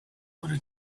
wanna